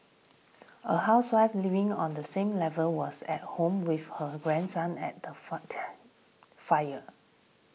a housewife living on the same level was at home with her grandson at the fire